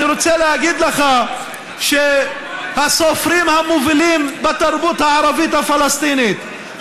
אני רוצה להגיד לך שהסופרים המובילים בתרבות הערבית הפלסטינית,